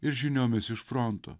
ir žiniomis iš fronto